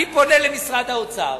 אני פונה למשרד האוצר,